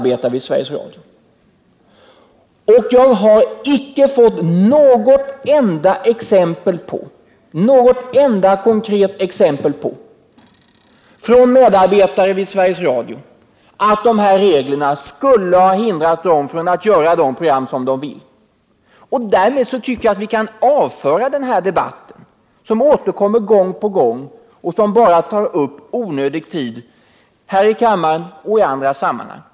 Jag har inte fått några konkreta exempel på att dessa regler skulle ha hindrat dem från att göra de program som de vill. Därmed tycker jag att vi kan avföra den här debatten från dagordningen, en debatt som återkommer gång på gång och som bara tar upp onödig tid här i kammaren och i andra sammanhang.